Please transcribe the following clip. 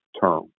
term